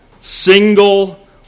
single